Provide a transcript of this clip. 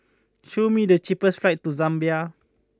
show me the cheapest flights to Zambia